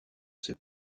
ces